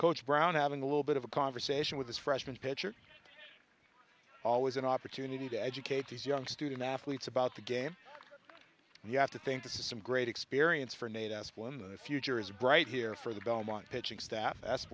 coach brown having a little bit of a conversation with his freshman pitcher always an opportunity to educate these young student athletes about the game and you have to think this is some great experience for nate as one of the future is bright here for the belmont pitching staff